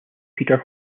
peter